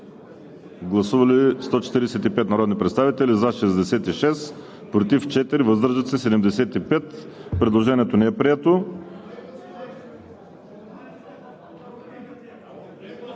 Гласували 124 народни представители: за 33, против 2, въздържали се 89. Предложението не е прието.